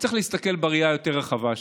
צריך להסתכל על הראייה היותר-רחבה שלו.